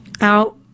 out